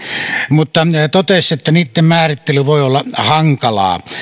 mutta totesi että niitten määrittely voi olla hankalaa